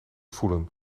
voelen